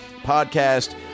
Podcast